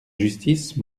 justice